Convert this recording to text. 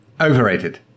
Overrated